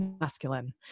masculine